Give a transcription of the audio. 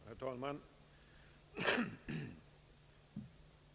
Herr talman!